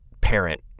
parent